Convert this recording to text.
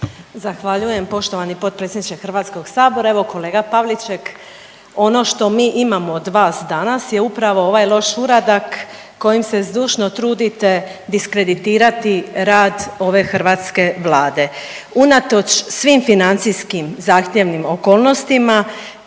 Zahvaljujem poštovani potpredsjedniče Hrvatskog sabora. Evo kolega Pavliček ono što mi imamo od vas danas je upravo ovaj loš uradak kojim se zdušno trudite diskreditirati rad ove hrvatske Vlade. Unatoč svim financijskim zahtjevnim okolnostima